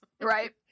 Right